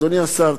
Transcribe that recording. אדוני השר,